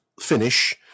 finish